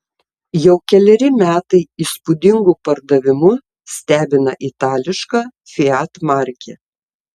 jau keleri metai įspūdingu pardavimu stebina itališka fiat markė